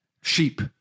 sheep